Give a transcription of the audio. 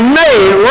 made